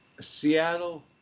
Seattle